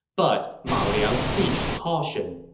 but ma liang preached caution.